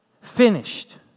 finished